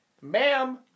ma'am